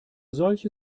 solche